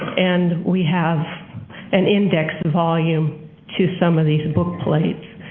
and we have an index volume to some of these and book plates.